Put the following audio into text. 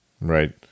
right